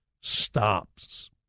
stops